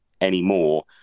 anymore